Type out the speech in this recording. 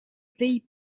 pays